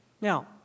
Now